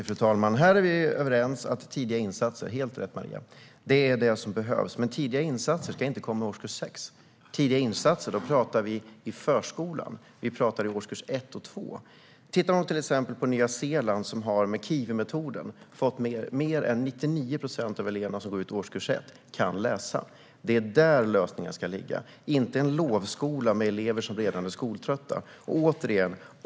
Fru talman! Vi är överens om att det behövs tidiga insatser. Men tidiga insatser ska inte komma i årskurs 6. De ska komma i förskolan och i årskurs 1 och 2. Tack vare kiwimetoden kan mer än 99 procent av eleverna som går ut årskurs 1 i Nya Zeeland läsa. Det är lösningen, inte en lovskola med elever som redan är skoltrötta.